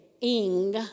ing